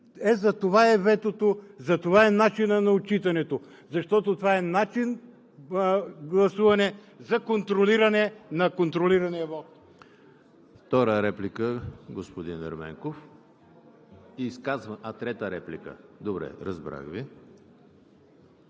Затова е ветото, затова е начинът на отчитането, защото това е начин за гласуване, за контролиране на контролирания